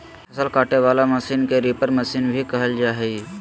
फसल काटे वला मशीन के रीपर मशीन भी कहल जा हइ